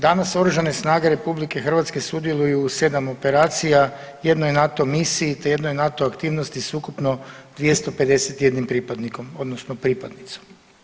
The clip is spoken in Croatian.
Danas oružane snage RH sudjeluju u 7 operacija, jednoj NATO misiji, te jednoj NATO aktivnosti s ukupno 251 pripadnikom odnosno pripadnicom.